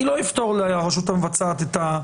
אני לא אפתור לרשות המבצעת את זה.